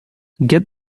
get